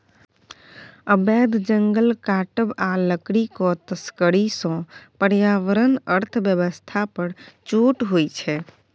अबैध जंगल काटब आ लकड़ीक तस्करी सँ पर्यावरण अर्थ बेबस्था पर चोट होइ छै